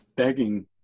begging